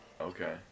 Okay